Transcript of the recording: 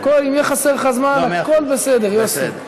אם יהיה חסר לך זמן, הכול בסדר, יוסי.